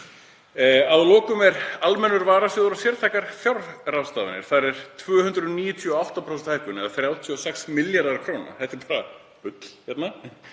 Að lokum er almennur varasjóður og sértækar fjárráðstafanir. Þar er 298% hækkun eða 36 milljarðar kr. Þetta er bara bull.